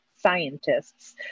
scientists